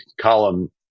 column